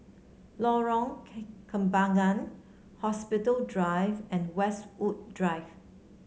Lorong Kembangan Hospital Drive and Westwood Drive